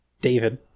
David